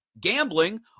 gambling